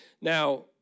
Now